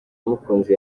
mukunzi